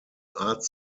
art